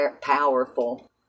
powerful